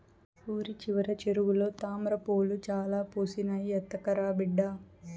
ఊరి చివర చెరువులో తామ్రపూలు చాలా పూసినాయి, ఎత్తకరా బిడ్డా